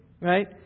right